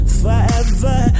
forever